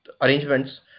arrangements